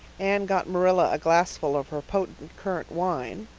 anne got marilla a glassful of her potent currant wine.